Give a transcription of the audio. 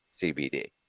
CBD